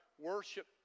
worship